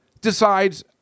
decides